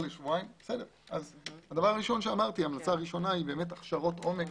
ההמלצה הראשונה היא הכשרות עומק.